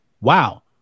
Wow